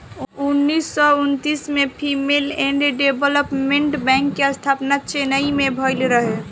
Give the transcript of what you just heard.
उन्नीस सौ उन्तीस में फीमेल एंड डेवलपमेंट बैंक के स्थापना चेन्नई में भईल रहे